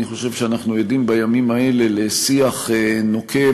אני חושב שאנחנו עדים בימים האלה לשיח נוקב